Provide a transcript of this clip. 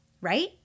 right